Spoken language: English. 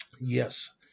Yes